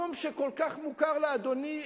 מקום שכל כך מוכר לאדוני,